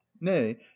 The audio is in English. nay